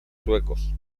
suecos